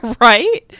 Right